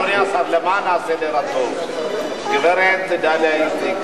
למען הסדר הטוב: הגברת דליה איציק,